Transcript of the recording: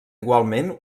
igualment